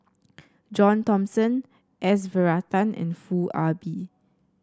John Thomson S Varathan and Foo Ah Bee